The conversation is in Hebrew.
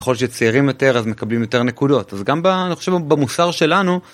ככל שצעירים יותר, אז מקבלים יותר נקודות, אז גם, אני חושב, במוסר שלנו